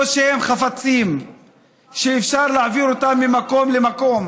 או שהם חפצים שאפשר להעביר אותם ממקום למקום?